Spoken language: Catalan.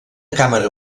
càmera